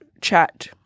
chat